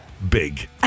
Big